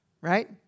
Right